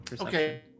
Okay